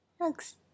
Hugs